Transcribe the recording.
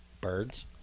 birds